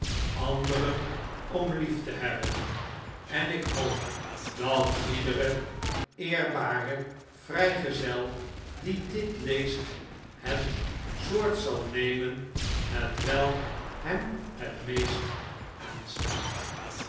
anderen om lief te hebben en ik hoop dat iedere eerbare vrijgezel die dit leest het soort zal nemen hetwelk hem het meest aanstaat